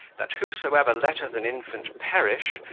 that who soever letteth an infant perish,